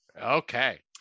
Okay